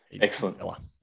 Excellent